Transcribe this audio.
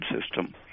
system